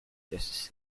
just